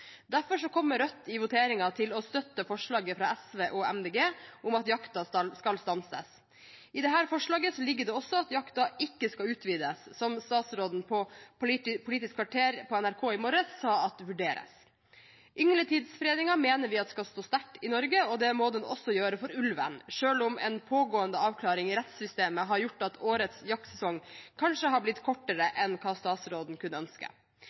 Derfor kommer Rødt i voteringen til å støtte forslaget fra SV og Miljøpartiet De Grønne om at jakten skal stanses. I dette forslaget ligger det også at jakten ikke skal utvides, som statsråden i Politisk kvarter på NRK i morges sa at vurderes. Yngletidsfredningen mener vi skal stå sterkt i Norge, og det må den også gjøre for ulven, selv om en pågående avklaring i rettssystemet har gjort at årets jaktsesong kanskje har blitt kortere enn hva statsråden kunne ønske.